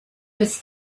was